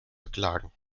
beklagen